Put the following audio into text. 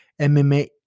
mma